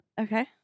Okay